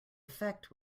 effect